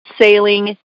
sailing